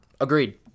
Agreed